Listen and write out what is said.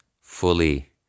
fully